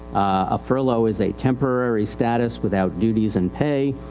a furlough is a temporary status without duties and pay.